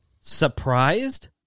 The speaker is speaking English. Surprised